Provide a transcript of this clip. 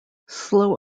slow